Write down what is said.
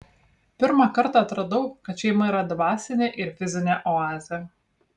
pirmą kartą atradau kad šeima yra dvasinė ir fizinė oazė